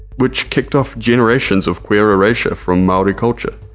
which kicked off generations of queer erasure from maori culture.